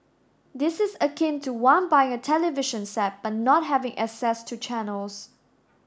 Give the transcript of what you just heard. this is akin to one buying a television set but not having access to channels